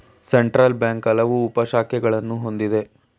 central bank ಹಲವು ಉಪ ಶಾಖೆಗಳನ್ನು ಹೊಂದಿದೆ